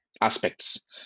aspects